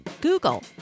Google